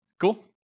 Cool